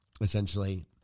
essentially